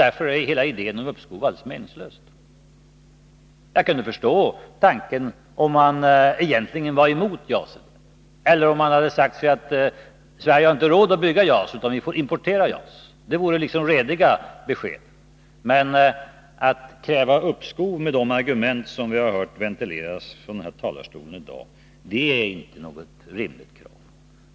Därför är hela idén om uppskov alldeles meningslös. Jag skulle förstå, om man egentligen var emot JAS eller om man hade sagt att Sverige inte har råd att bygga JAS utan vi får importera JAS. Det vore rediga besked. Men att kräva uppskov med de argument som vi har hört ventileras från talarstolen här i dag är inte rimligt.